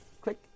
click